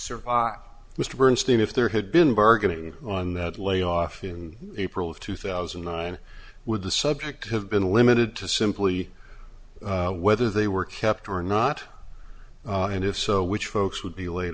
survive mr bernstein if there had been bargaining on that layoff in april of two thousand and nine would the subject have been limited to simply whether they were kept or not and if so which folks would be laid